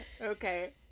Okay